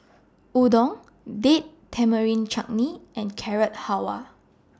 Udon Date Tamarind Chutney and Carrot Halwa